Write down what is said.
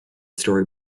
story